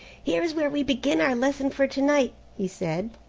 here is where we begin our lesson for to-night, he said.